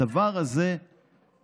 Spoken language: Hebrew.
הדבר הזה הוא,